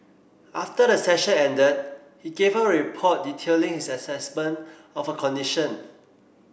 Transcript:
after the session ended he gave her a report detailing his assessment of her condition